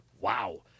Wow